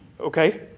okay